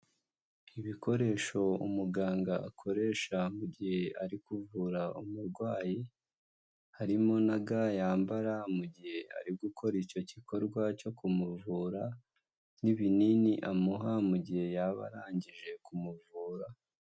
Ibikoresho umuganga akoresha mu gihe ari kuvura umurwayi, harimo na ga yambara mu gihe ari gukora icyo gikorwa cyo kumuvura, n'ibinini amuha mu gihe yaba arangije kumuvura.